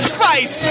Spice